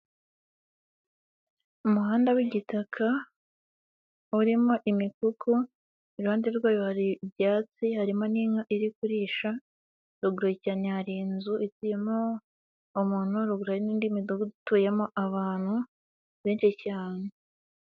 Umuhanda w'igitaka urimo imikuku, iruhande rwayo hari ibyatsi harimo n'inka iri kuririsha, ruguru cyane hari inzu ituyemo umuntu, ruguru hari n'indi Midugudu ituyemo abantu benshi cyane.